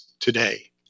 today